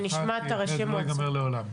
אחרת, זה לא יגמר לעולם.